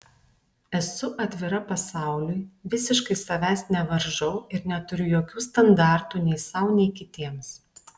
esu atvira pasauliui visiškai savęs nevaržau ir neturiu jokių standartų nei sau nei kitiems